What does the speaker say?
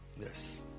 Yes